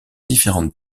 différentes